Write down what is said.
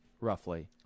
roughly